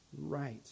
right